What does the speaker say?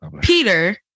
Peter